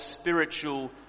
spiritual